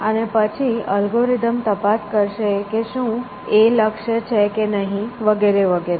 અને પછી અલ્ગોરિધમ તપાસ કરશે કે શું A લક્ષ્ય છે કે નહીં વગેરે વગેરે